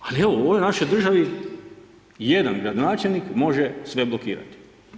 Ali evo u ovoj našoj državi jedan gradonačelnik može sve blokirati.